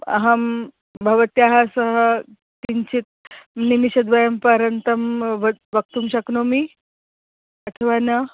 अहं भवत्याः सह किञ्चित् निमेषद्वयं पर्यन्तं वद् वक्तुं शक्नोमि अथवा न